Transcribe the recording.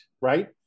right